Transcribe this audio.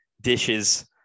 dishes